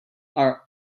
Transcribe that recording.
are